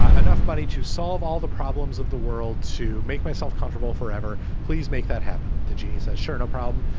ah enough money to solve all the problems of the world to make myself comfortable forever. please make that happen. the genie says, sure, no problem.